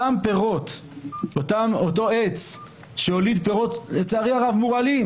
אותו עץ שהוליד פירות לצערי הרב, מורעלים